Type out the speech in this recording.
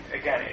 again